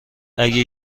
اگه